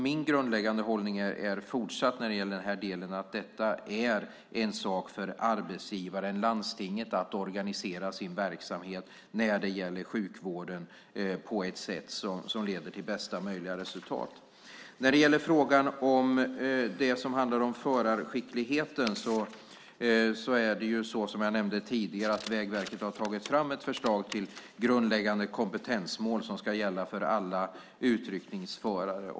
Min grundläggande hållning är fortsatt att det är en sak för arbetsgivaren, landstinget, att organisera sin verksamhet när det gäller sjukvården på ett sätt som leder till bästa möjliga resultat. När det gäller förarskickligheten nämnde jag tidigare att Vägverket har tagit fram ett förslag till grundläggande kompetensmål som ska gälla för alla utryckningsförare.